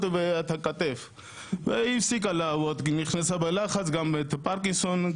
ואת הכתף והיא הפסיקה לעבוד כי היא גם נכנסה ללחץ וגם הפרקינסון.